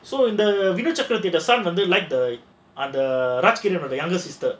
so the because வந்து:vandhu like the ராஜ்கிரனுடைய:rajkiranudaiya younger sister